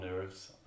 nerves